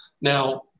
Now